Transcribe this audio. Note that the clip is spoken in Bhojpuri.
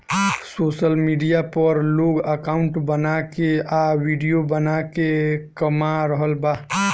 सोशल मीडिया पर लोग अकाउंट बना के आ विडिओ बना के कमा रहल बा